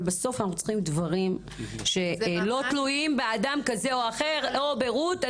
אבל בסוף אנחנו צריכים דברים שלא תלויים באדם כזה או אחר או ברות.